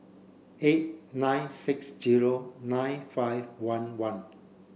eight nine six zero nine five one one